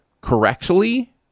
correctly